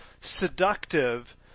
seductive